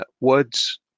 words